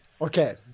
Okay